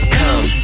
come